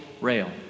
rail